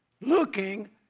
Looking